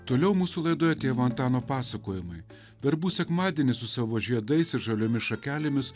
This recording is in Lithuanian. toliau mūsų laidoje tėvo antano pasakojimai verbų sekmadienį su savo žiedais ir žaliomis šakelėmis